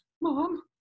Mom